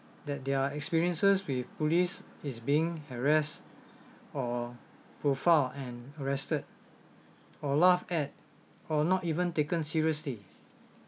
that their experiences with police is being harass or profile and arrested or laugh at or not even taken seriously